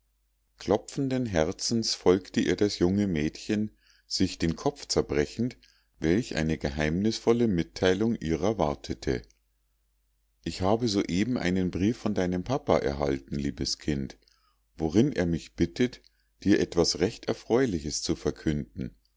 klopfenden herzens folgte ihr das junge mädchen sich den kopf zerbrechend welch eine geheimnisvolle mitteilung ihrer wartete ich habe soeben einen brief von deinem papa erhalten liebes kind worin er mich bittet dir etwas recht erfreuliches zu verkünden